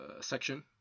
section